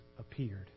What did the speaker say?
Appeared